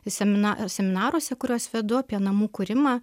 semina seminaruose kuriuos vedu apie namų kūrimą